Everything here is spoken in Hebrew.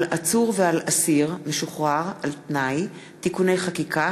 עצור ועל אסיר משוחרר על-תנאי (תיקוני חקיקה),